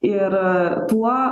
ir tuo